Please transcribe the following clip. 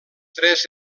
tres